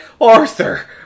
Arthur